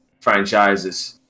franchises